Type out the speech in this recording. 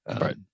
Right